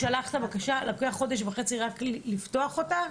אז מהרגע שהוא שלח את הבקשה לוקח חודש וחצי רק לפתוח אותה?